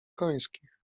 końskich